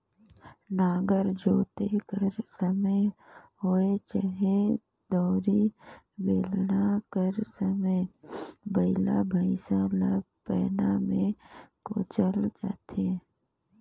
नांगर जोते कर समे होए चहे दउंरी, बेलना कर समे बइला भइसा ल पैना मे कोचल जाथे